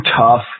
tough